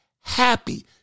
happy